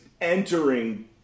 entering